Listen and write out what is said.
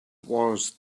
was